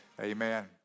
Amen